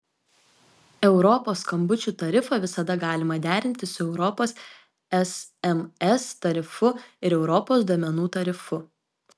europos skambučių tarifą visada galima derinti su europos sms tarifu ir europos duomenų tarifu